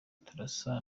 turasa